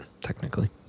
Technically